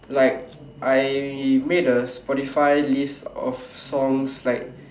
like I made a Spotify list of songs like